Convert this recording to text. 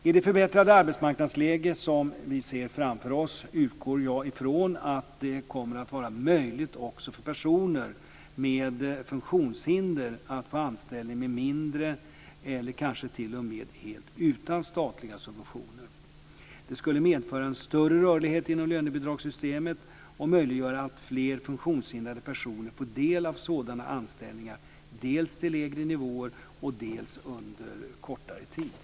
I det förbättrade arbetsmarknadsläge som vi ser framför oss utgår jag ifrån att det kommer att vara möjligt också för personer med funktionshinder att få anställning med mindre eller kanske t.o.m. helt utan statliga subventioner. Det skulle medföra en större rörlighet inom lönebidragssystemet och möjliggöra att fler funktionshindrade personer får del av sådana anställningar dels till lägre nivåer, dels under kortare tider.